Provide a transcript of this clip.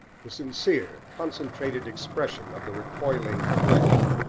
the sincere, concentrated expression of the recoiling flesh.